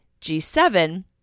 G7